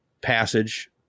passage